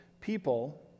people